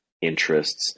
interests